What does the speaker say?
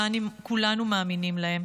כולנו מאמינים להן,